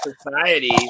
society